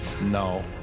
No